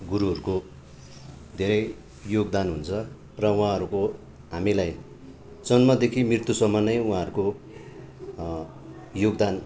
गुरुहरूको धेरै योगदान हुन्छ र उहाँहरूको हामीलाई जन्मदेखि मृत्युसम्म नै उहाँहरूको योगदान